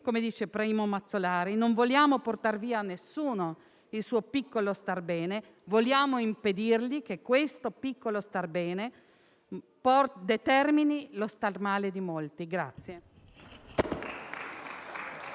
Come dice Primo Mazzolari, infatti: non vogliamo portare via a nessuno il suo piccolo star bene. Vogliamo impedirgli che questo piccolo star bene determini lo star male di molti.